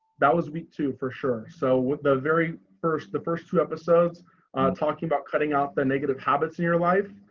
that was week two, for sure. so what the very first the first two episodes talking about cutting out the negative habits in your life?